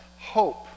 hope